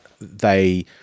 they-